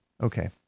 Okay